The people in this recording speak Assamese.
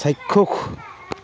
চাক্ষুস